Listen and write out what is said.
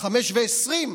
17:20?